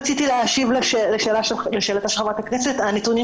רציתי להשיב לשאלתה של חברת הכנסת: הנתונים